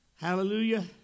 Hallelujah